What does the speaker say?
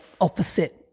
opposite